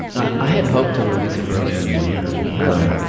i had hoped to release it earlier in the year really?